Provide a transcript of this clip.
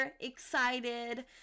excited